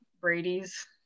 Brady's